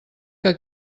que